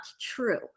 true